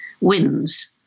wins